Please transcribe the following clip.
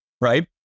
right